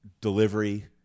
delivery